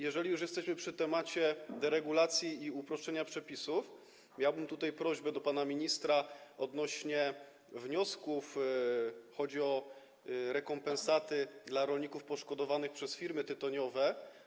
Jeżeli już jesteśmy przy temacie deregulacji i uproszczenia przepisów, miałbym prośbę do pana ministra odnośnie do wniosków, chodzi o rekompensaty dla rolników poszkodowanych przez firmy tytoniowe.